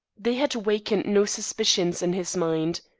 they had wakened no suspicions in his mind.